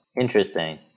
Interesting